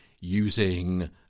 using